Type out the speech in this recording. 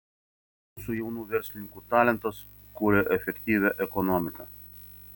mūsų jaunų verslininkų talentas kuria efektyvią ekonomiką